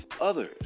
others